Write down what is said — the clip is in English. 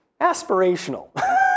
aspirational